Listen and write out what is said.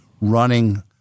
running